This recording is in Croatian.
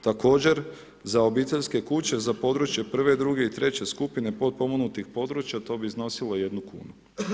Također za obiteljske kuće za područje prve, druge i treće skupine potpomognutih područja to bi iznosilo 1 kunu.